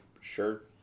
sure